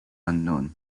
unknown